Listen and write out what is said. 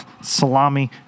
salami